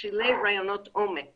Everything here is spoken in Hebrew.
ושילב רעיונות עומק